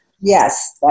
Yes